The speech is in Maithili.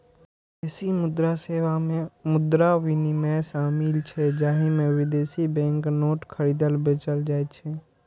विदेशी मुद्रा सेवा मे मुद्रा विनिमय शामिल छै, जाहि मे विदेशी बैंक नोट खरीदल, बेचल जाइ छै